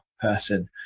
person